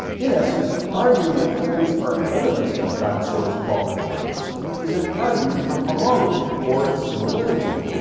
in essence, arguing that feathers are evidence that dinosaurs evolved into birds is an argument from homology or similarity.